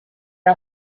are